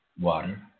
water